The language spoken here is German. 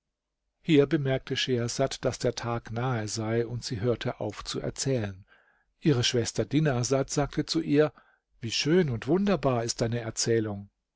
hier bemerkte schehersad daß der tag nahe sei und sie hörte auf zu erzählen ihre schwester dinarsad sagte zu ihr wie schön und wunderbar ist deine erzählung